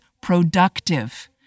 productive